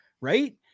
right